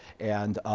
and